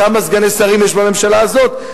כמה סגני שרים יש בממשלה הזאת,